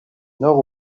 nord